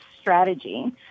strategy